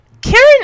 Karen